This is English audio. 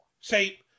say